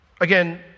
Again